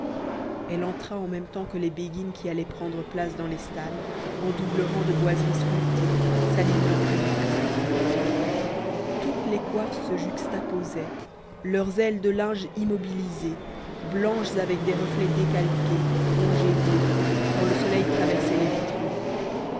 elle entra en même temps que les béguines qui allaient prendre place dans les stalles en double rang de boiseries sculptées s'alignant près du choeur toutes les coiffes se juxtaposaient leurs ailes de linge immobilisées blanches avec des reflets décalqués rouge et bleu quand le soleil traversait les vitraux